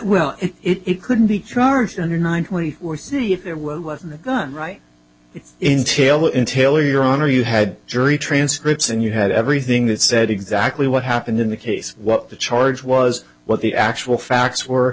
well it couldn't be charged under nine twenty four see if there wasn't a gun right in tell in taylor your honor you had jury transcripts and you had everything that said exactly what happened in the case what the charge was what the actual facts were